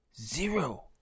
Zero